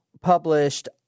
published